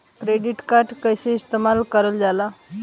Credit card कईसे इस्तेमाल करल जाला?